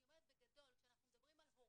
אני אומרת, בגדול, כשאנחנו מדברים על הורים,